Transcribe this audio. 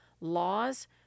laws